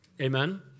Amen